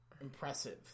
impressive